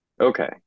Okay